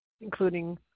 including